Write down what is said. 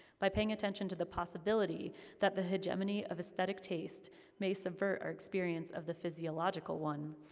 by paying attention to the possibility that the hegemony of aesthetic taste may subvert our experience of the physiological one,